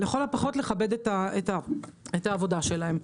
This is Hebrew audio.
לכל הפחות לכבד את העבודה שלהם.